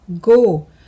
Go